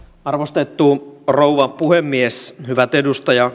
arvostettuun rouva puhemies hyvät edustajat